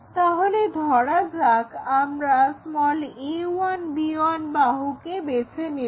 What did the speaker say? তাহলে ধরা যাক আমরা a1b1 বাহুকে বেছে নিলাম